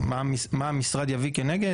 מה המשרד יביא כנגד?